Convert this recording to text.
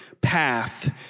path